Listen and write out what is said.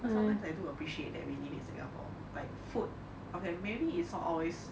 sometimes I do appreciate that we live in singapore like food okay maybe it is not always